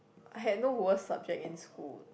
I had no worst subject in school